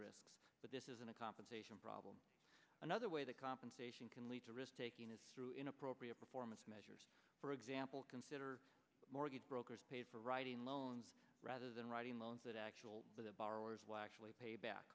risks but this isn't a compensation problem another way the compensation can lead to risk taking is through inappropriate performance measures for example consider mortgage brokers paid for writing loans rather than writing loans that actually for the borrowers was actually payback